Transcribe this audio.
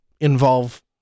involve